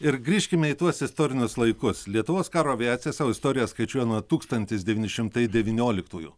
ir grįžkime į tuos istorinius laikus lietuvos karo aviacija savo istoriją skaičiuoja nuo tūkstantis devyni šimtai devynioliktųjų